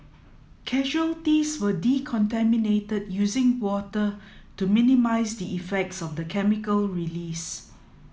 casualties were decontaminated using water to minimise the effects of the chemical release